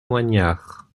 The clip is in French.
moignard